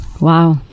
Wow